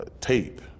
tape